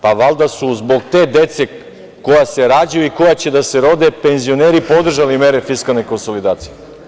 Pa, valjda su zbog te dece, koja se rađaju i koja će da se rode, penzioneri podržali mere fiskalne konsolidacije.